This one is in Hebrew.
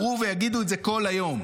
אמרו ויגידו את זה כל היום.